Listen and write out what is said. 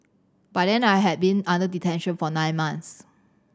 by then I had been under detention for nine months